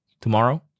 tomorrow